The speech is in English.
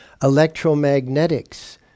electromagnetics